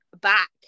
back